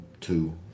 two